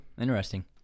Interesting